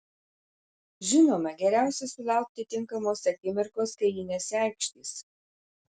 žinoma geriausia sulaukti tinkamos akimirkos kai ji nesiaikštys